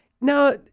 Now